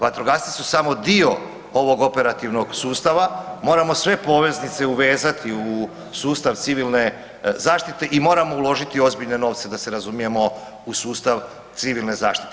Vatrogasci su samo dio ovog operativnog sustava, moramo sve poveznice uvezati u sustav civilne zaštite i moramo uložiti ozbiljne novce, da se razumijemo, u sustav civilne zaštite.